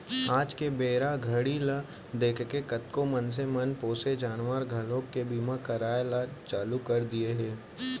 आज के बेरा घड़ी ल देखके कतको मनसे मन पोसे जानवर घलोक के बीमा कराय ल चालू कर दिये हें